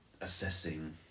assessing